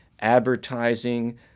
advertising